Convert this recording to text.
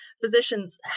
physicians